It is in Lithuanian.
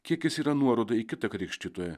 kiek jis yra nuoroda į kitą krikštytoją